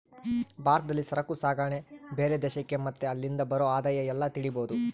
ಭಾರತದಲ್ಲಿ ಸರಕು ಸಾಗಣೆ ಬೇರೆ ದೇಶಕ್ಕೆ ಮತ್ತೆ ಅಲ್ಲಿಂದ ಬರೋ ಆದಾಯ ಎಲ್ಲ ತಿಳಿಬೋದು